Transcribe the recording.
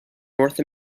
north